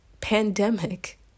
pandemic